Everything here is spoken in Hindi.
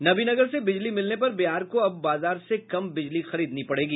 नवीनगर से बिजली मिलने पर बिहार को अब बाजार से कम बिजली खरीदनी पड़ेगी